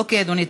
אוקיי, אדוני.